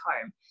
home